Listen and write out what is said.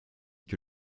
que